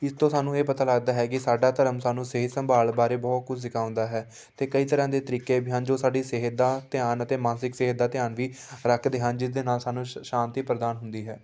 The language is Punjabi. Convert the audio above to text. ਇਸ ਤੋਂ ਸਾਨੂੰ ਇਹ ਪਤਾ ਲੱਗਦਾ ਹੈ ਕਿ ਸਾਡਾ ਧਰਮ ਸਾਨੂੰ ਸਿਹਤ ਸੰਭਾਲ ਬਾਰੇ ਬਹੁਤ ਕੁਝ ਸਿਖਾਉਂਦਾ ਹੈ ਅਤੇ ਕਈ ਤਰ੍ਹਾਂ ਦੇ ਤਰੀਕੇ ਵੀ ਹਨ ਜੋ ਸਾਡੀ ਸਿਹਤ ਦਾ ਧਿਆਨ ਅਤੇ ਮਾਨਸਿਕ ਸਿਹਤ ਦਾ ਧਿਆਨ ਵੀ ਰੱਖਦੇ ਹਨ ਜਿਸ ਦੇ ਨਾਲ ਸਾਨੂੰ ਸ਼ ਸ਼ਾਂਤੀ ਪ੍ਰਦਾਨ ਹੁੰਦੀ ਹੈ